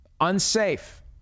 Unsafe